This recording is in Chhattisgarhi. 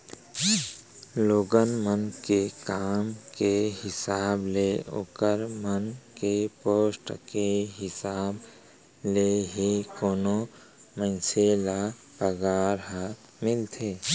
लोगन मन के काम के हिसाब ले ओखर मन के पोस्ट के हिसाब ले ही कोनो मनसे ल पगार ह मिलथे